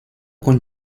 con